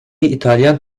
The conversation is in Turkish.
i̇talyan